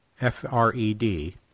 F-R-E-D